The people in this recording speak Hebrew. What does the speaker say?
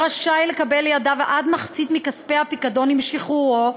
רשאי לקבל לידיו עד מחצית מכספי הפיקדון עם שחרורו,